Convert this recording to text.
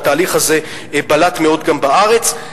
והתהליך הזה בלט מאוד גם בארץ,